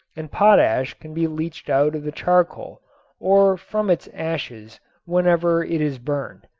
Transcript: and potash can be leached out of the charcoal or from its ashes whenever it is burned.